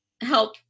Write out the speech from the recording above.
help